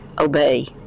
obey